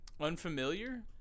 Unfamiliar